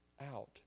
out